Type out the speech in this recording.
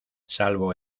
salvo